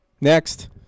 Next